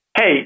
hey